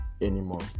anymore